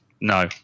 No